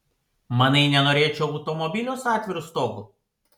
manai nenorėčiau automobilio su atviru stogu